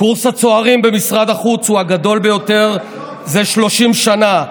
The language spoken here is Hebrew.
קורס הצוערים במשרד החוץ הוא הגדול ביותר זה 30 שנה.